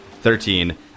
Thirteen